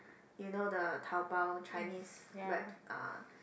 you know the Taobao Chinese web uh